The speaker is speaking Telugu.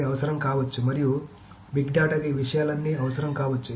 అది అవసరం కావచ్చు మరియు బిగ్ డేటాకు ఈ విషయాలన్నీ అవసరం కావచ్చు